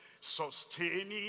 Sustaining